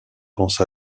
pense